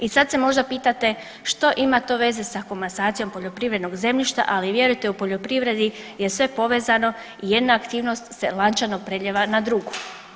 I sad se možda pitate što ima to veze sa komasacijom poljoprivrednog zemljišta, ali vjerujte u poljoprivredi je sve povezano i jedna aktivnost se lančano prelijeva na drugu.